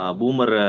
boomer